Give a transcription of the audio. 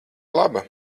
laba